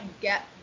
get